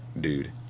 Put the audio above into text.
dude